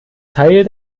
teil